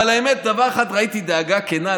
אבל האמת, דבר אחד ראיתי: דאגה כנה.